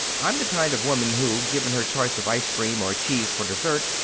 i'm the kind of woman who, given her choice of ice cream or cheese for dessert,